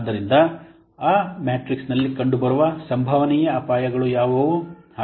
ಆದ್ದರಿಂದ ಆ ಮ್ಯಾಟ್ರಿಕ್ಸ್ನಲ್ಲಿ ಕಂಡುಬರುವ ಸಂಭವನೀಯ ಅಪಾಯಗಳು ಯಾವುವು